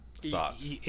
thoughts